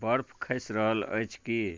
बर्फ खसि रहल अछि की